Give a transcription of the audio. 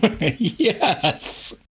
Yes